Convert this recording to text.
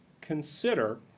consider